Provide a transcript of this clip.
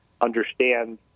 understand